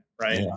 Right